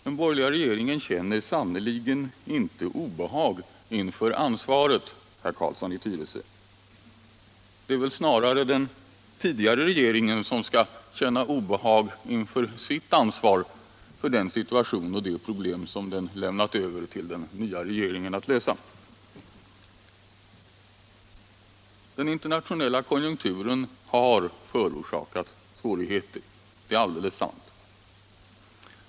Den borgerliga regeringen känner sannerligen inte obehag inför ansvaret, herr Carlsson i Tyresö. Det är snarare den tidigare regeringen som skall känna obehag inför sitt ansvar för den situation och de problem som den lämnat över till den nya regeringen att lösa. Den internationella konjunkturen har förorsakat svårigheter. Det är alldeles sant.